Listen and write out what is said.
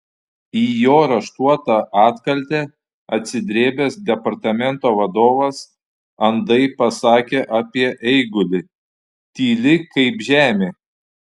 į jo raštuotą atkaltę atsidrėbęs departamento vadovas andai pasakė apie eigulį tyli kaip žemė